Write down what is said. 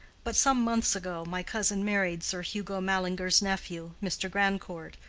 but some months ago, my cousin married sir hugo mallinger's nephew, mr. grandcourt,